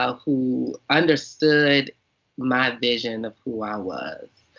ah who understood my vision of who i was.